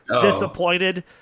Disappointed